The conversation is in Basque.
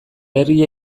herria